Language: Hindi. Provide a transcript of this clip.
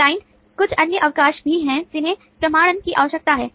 क्लाइंट कुछ अन्य अवकाश भी हैं जिन्हें प्रमाणन की आवश्यकता है